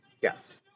Yes